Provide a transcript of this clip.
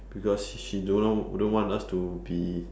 because she she don't know don't want us to be